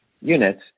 units